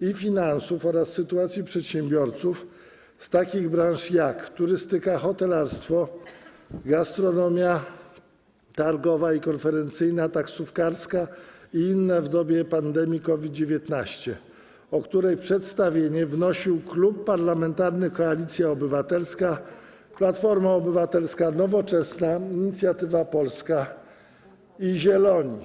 i finansów oraz sytuacji przedsiębiorców z takich branż jak turystyka, hotelarstwo, gastronomia, targowa i konferencyjna, taksówkarska i inne w dobie pandemii COVID-19, o której przedstawienie wnosił Klub Parlamentarny Koalicja Obywatelska - Platforma Obywatelska, Nowoczesna, Inicjatywa Polska i Zieloni.